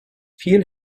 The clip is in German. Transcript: viel